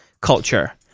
culture